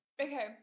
Okay